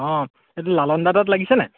এইটো লালন দা তাত লাগিছেনে